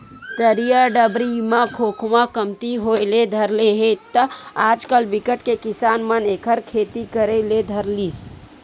तरिया डबरी म खोखमा कमती होय ले धर ले हे त आजकल बिकट के किसान मन एखर खेती करे ले धर लिस